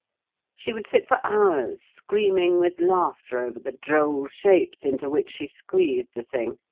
she would sit for hours screaming with laughter over the droll shapes into which she squeezed the thing.